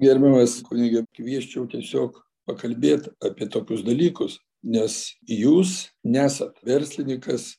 gerbiamas kunige kviesčiau tiesiog pakalbėt apie tokius dalykus nes jūs nesat verslininkas